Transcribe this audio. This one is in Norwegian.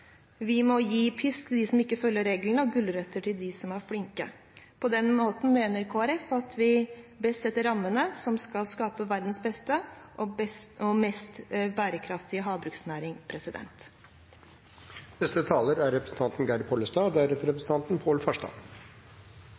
Vi må gi pisk til dem som ikke følger reglene, og gulrøtter til dem som er flinke. På den måten mener Kristelig Folkeparti at vi kan sette rammene som skal skape verdens beste og mest bærekraftige havbruksnæring. Oppdrettsnæringen er en stor og